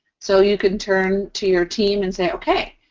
so, you can turn to your team and say, okay,